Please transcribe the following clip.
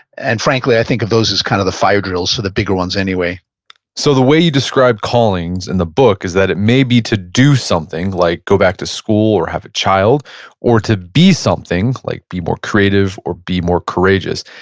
and frankly, i think of those as kind of the fire drills to the bigger ones anyway so the way you describe callings in the book is that it may be to do something like go back to school or have a child or to be something like be more creative or be more courageous,